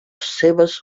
seves